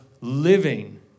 living